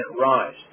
rise